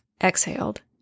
exhaled